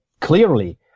clearly